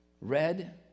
Red